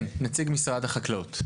כן, נציג משרד החקלאות.